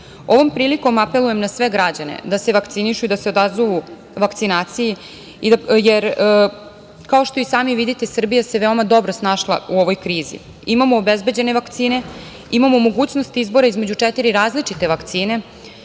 toga. Ovom prilikom apelujem na sve građane, da se vakcinišu i da se odazovu vakcinaciji, jer kao što i sami vidite Srbija se veoma dobro snašla u ovoj krizi. Imamo obezbeđene vakcine, imamo mogućnost izbora između četiri različite vakcine,